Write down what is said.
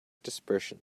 dispersion